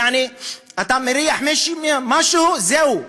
יעני אתה מריח משהו, זהו,